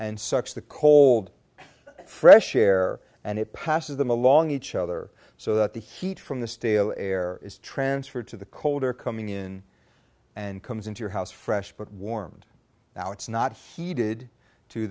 sucks the cold fresh air and it passes them along each other so that the heat from the stale air is transferred to the cold air coming in and comes into your house fresh but warm and now it's not heated to